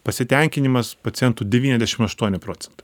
pasitenkinimas pacientų devyniasdešim aštuoni procentai